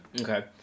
Okay